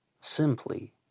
simply